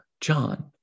John